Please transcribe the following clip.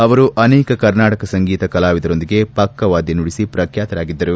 ಅವರು ಅನೇಕ ಕರ್ನಾಟಕ ಸಂಗೀತ ಕಲಾವಿದರೊಂದಿಗೆ ಪಕ್ಕವಾದ್ಯ ನುಡಿಸಿ ಪ್ರಖ್ಯಾತರಾಗಿದ್ದರು